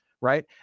right